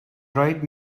rhaid